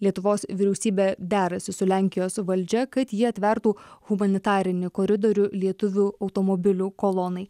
lietuvos vyriausybė derasi su lenkijos valdžia kad ji atvertų humanitarinį koridorių lietuvių automobilių kolonai